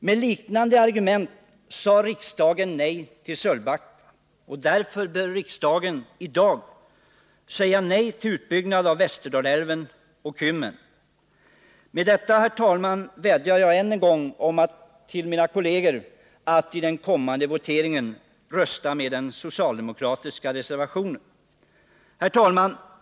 Med liknande argument sade riksdagen nej till Sölvbacka. Därför bör riksdagen i dag säga nej till utbyggnad av Västerdalälven och Kymmen. Med detta, herr talman, vädjar jag än en gång till mina kolleger att i den Nr 49 kommande voteringen rösta för den socialdemokratiska reservationen. Tisdagen den Herr talman!